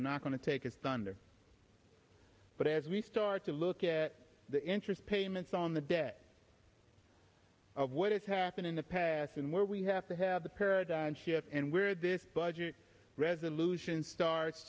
i'm not going to take a thunder but as we start to look at the interest payments on the debt of what is happened in the past and where we have to have the paradigm shift and where this budget resolution starts